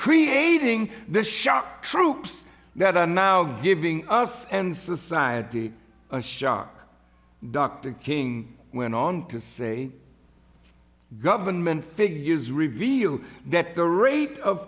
creating this shock troops that are now giving us and society a shock dr king went on to say government figures reveal that the rate of